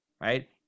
right